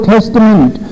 Testament